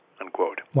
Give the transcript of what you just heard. unquote